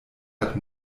hat